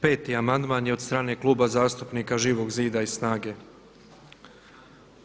Peti amandman je od strane Kluba zastupnika Živog zida i SNAGA-e.